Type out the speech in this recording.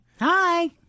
Hi